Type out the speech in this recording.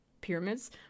pyramids